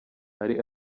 ari